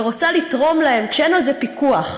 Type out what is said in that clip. ורוצה לתרום להם כשאין על זה פיקוח,